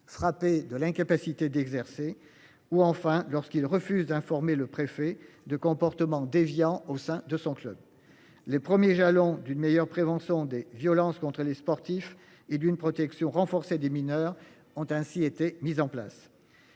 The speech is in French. frappé de l'incapacité d'exercer ou enfin lorsqu'il refuse d'informer le préfet de comportements déviants, au sein de son club. Les premiers jalons d'une meilleure prévention des violences contre les sportifs et d'une protection renforcée des mineurs ont ainsi été mises en place.